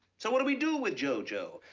so what do we do with jo-jo?